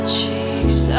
cheeks